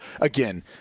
again